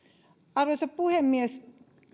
arvoisa puhemies